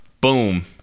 boom